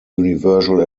universal